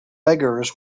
beggars